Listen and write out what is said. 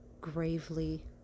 gravely